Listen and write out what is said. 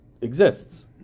exists